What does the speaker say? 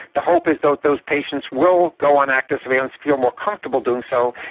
the hope is that those patients will go on active surveillance, feel more comfortable doing so,